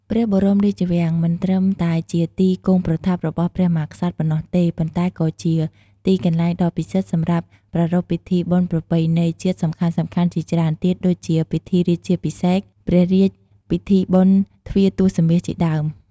ព្រះបរមរាជវាំង មិនត្រឹមតែជាទីគង់ប្រថាប់របស់ព្រះមហាក្សត្រប៉ុណ្ណោះទេ ប៉ុន្តែក៏ជា ទីកន្លែងដ៏ពិសិដ្ឋសម្រាប់ប្រារព្ធពិធីបុណ្យប្រពៃណីជាតិសំខាន់ៗជាច្រើនទៀត ដូចជា ពិធីរាជាភិសេក ព្រះរាជពិធីបុណ្យទ្វារទសមាសជាដើម។